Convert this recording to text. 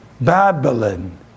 Babylon